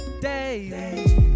day